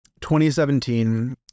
2017